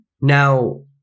Now